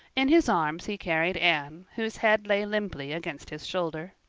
in his arms he carried anne, whose head lay limply against his shoulder.